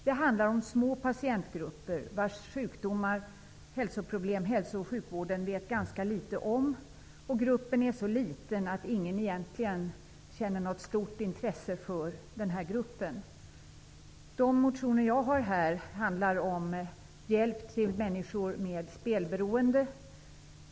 Det handlar om små patientgrupper vars hälsoproblem hälso och sjukvården vet ganska litet om, grupper som är så små att ingen egentligen känner något stort intresse för dem. De motioner jag har här handlar bl.a. om hjälp till människor med spelberoende.